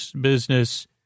business